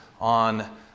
on